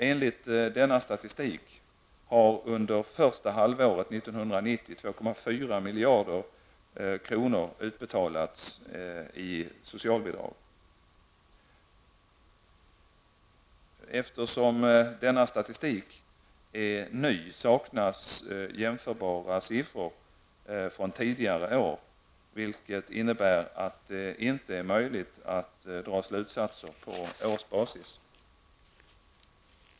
Enligt denna statistik har under första halvåret 1990, 2,4 Eftersom denna statistik är ny saknas jämförbara siffror från tidigare år, vilket innebär att det inte är möjligt att dra slutsatser på årsbasis.